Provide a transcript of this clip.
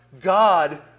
God